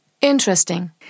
Interesting